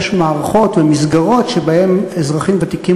יש מערכות ומסגרות שבהן אזרחים ותיקים